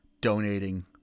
donating